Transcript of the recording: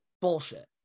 bullshit